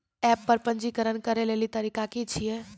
App पर पंजीकरण करै लेली तरीका की छियै?